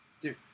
Dude